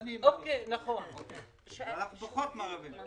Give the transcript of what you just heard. אנחנו פחות מן הערבים.